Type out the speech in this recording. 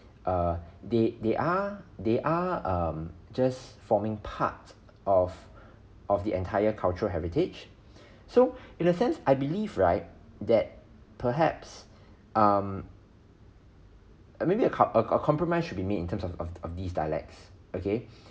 uh they they are they are um just forming part of of the entire cultural heritage so in a sense I believe right that perhaps um maybe a cup~ a compromise should be made in terms of of of these dialects okay